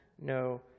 no